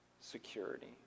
security